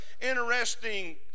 interesting